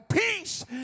peace